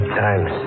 times